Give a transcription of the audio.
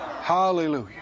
Hallelujah